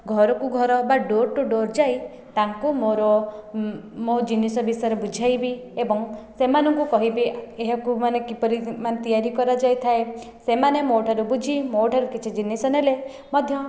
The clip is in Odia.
ଘରକୁ ଘର ବା ଡୋର ଟୁ ଡୋର ଯାଇ ତାଙ୍କୁ ମୋର ମୋ ଜିନିଷ ବିଷୟରେ ବୁଝାଇବି ଏବଂ ସେମାନଙ୍କୁ କହିବି ଏହାକୁ ମାନେ କିପରି ମାନେ ତିଆରି କରାଯାଇଥାଏ ସେମାନେ ମୋଠାରୁ ବୁଝି ମୋଠାରୁ କିଛି ଜିନିଷ ନେଲେ ମଧ୍ୟ